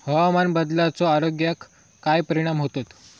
हवामान बदलाचो आरोग्याक काय परिणाम होतत?